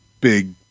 big